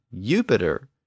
Jupiter